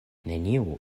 neniu